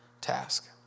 task